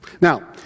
Now